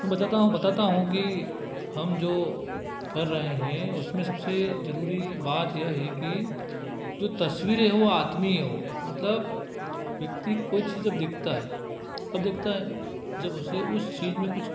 मैं बताता हूँ बताता हूँ कि हम जो कर रहे हैं उसमें सबसे जरूरी बात यह है कि जो तस्वीरें हो वह आदमी हो वह मतलब व्यक्ति कोई चीज़ जब देखता है कब देखता है जब उसे उस चीज़ में कुछ